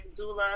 doula